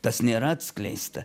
tas nėra atskleista